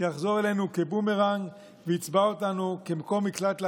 יחזור אלינו כבומרנג ויצבע אותנו כמקום מקלט לעבריינים,